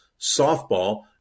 softball